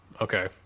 okay